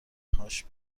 هاش